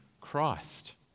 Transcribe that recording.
Christ